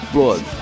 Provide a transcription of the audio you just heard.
Blood